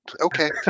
Okay